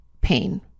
pain